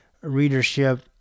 readership